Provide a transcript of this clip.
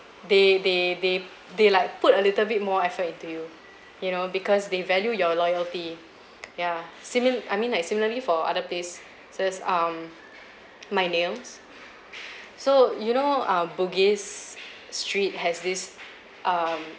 they they they they like put a little bit more effort into you you know because they value your loyalty ya simil~ I mean like similarly for other place so it's um my nails so you know uh bugis street has this um